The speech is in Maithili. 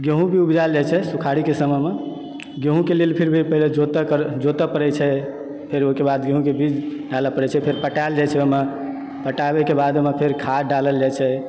गेहूँ भी उपजायल जाइ छै सुखाड़ीके समयमे गेहूँके लेल फिर भी पहिले जोतय पड़ैत छै फेर ओहिके बाद गेहूँके बीज डालय पड़ैत छै फेर पटायल जाइत छै ओहिमे पटाबयके बाद फेर ओहिमे खाद डालल जाइत छै